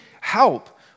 help